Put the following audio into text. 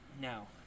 No